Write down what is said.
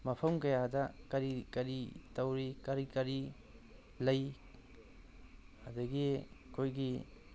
ꯃꯐꯝ ꯀꯌꯥꯗ ꯀꯔꯤ ꯀꯔꯤ ꯇꯧꯔꯤ ꯀꯔꯤ ꯀꯔꯤ ꯂꯩ ꯑꯗꯒꯤ ꯑꯩꯈꯣꯏꯒꯤ